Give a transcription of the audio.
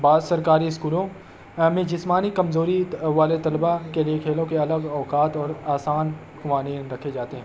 بعض سرکاری اسکولوں میں جسمانی کمزوری والے طلبا کے لیے کھیلوں کے الگ اوقات اور آسان قوانین رکھے جاتے ہیں